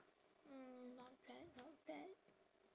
mm not bad not bad